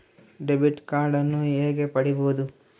Debit ಕಾರ್ಡನ್ನು ಹೇಗೆ ಪಡಿಬೋದು?